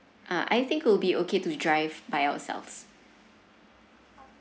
uh I think will be okay to drive by ourselves